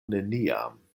neniam